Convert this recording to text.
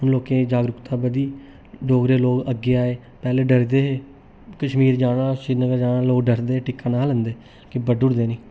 हुन लोकें च जागरूकता बधी डोगरे लोग अग्गै आए पैहलें डरदे हे कश्मीर जाना श्रीनगर जाना लोग डरदे हे टिक्का नेईं हे लांदे के बड्ढी ओड़दे नी